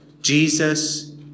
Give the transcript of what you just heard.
Jesus